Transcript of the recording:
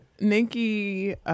Nikki